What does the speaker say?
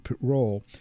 role